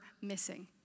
missing